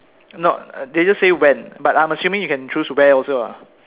no they just say when but I'm assuming you can choose where also lah